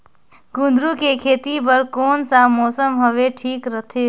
कुंदूरु के खेती बर कौन सा मौसम हवे ठीक रथे?